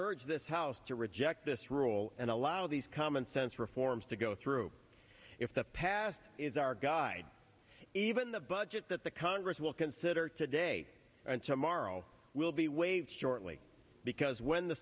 urge this house to reject this rule and allow these commonsense reforms to go through if the past is our guide even the budget that the congress will consider today and tomorrow will be waived shortly because when the